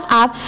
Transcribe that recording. up